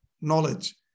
knowledge